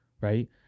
right